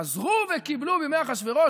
חזרו וקיבלו בימי אחשוורוש,